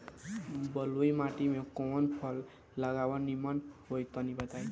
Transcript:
बलुई माटी में कउन फल लगावल निमन होई तनि बताई?